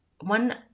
one